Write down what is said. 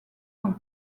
sont